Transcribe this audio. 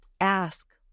Ask